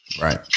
right